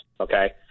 okay